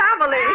family